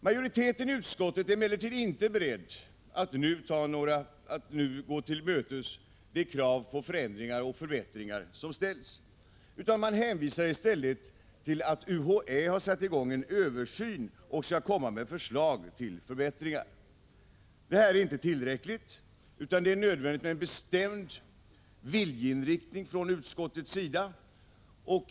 Majoriteten i utskottet är emellertid inte beredd att gå till mötes de krav på förändringar och förbättringar som ställs. Man hänvisar i stället till att UHÄ satt i gång en översyn och skall komma med förslag till förbättringar. Detta är inte tillräckligt. Det är nödvändigt med en bestämd viljeinriktning från utskottets sida.